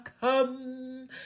come